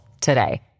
today